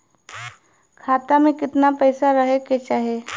खाता में कितना पैसा रहे के चाही?